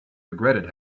regretted